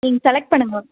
நீங்கள் செலக்ட் பண்ணுங்க